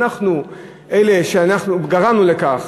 אנחנו אלה שגרמנו לכך